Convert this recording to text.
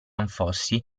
anfossi